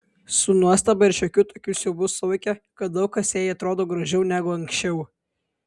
su nuostaba ir šiokiu tokiu siaubu suvokė kad daug kas jai atrodo gražiau negu anksčiau